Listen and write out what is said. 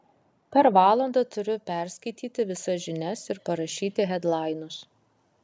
per valandą turiu perskaityti visas žinias ir parašyti hedlainus